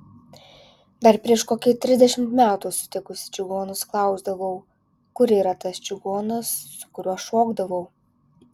dar prieš kokį trisdešimt metų sutikusi čigonus klausdavau kur yra tas čigonas su kuriuo šokdavau